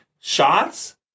Shots